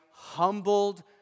humbled